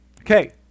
Okay